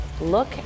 look